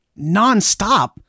nonstop